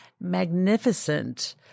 Magnificent